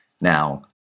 Now